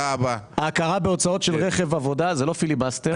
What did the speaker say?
ההכרה בהוצאות של רכב עבודה זה לא פיליבסטר,